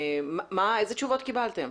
איזה תשובות קיבלתם?